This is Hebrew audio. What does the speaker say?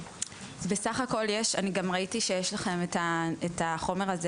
אני גם ראיתי שיש לכם את החומר הזה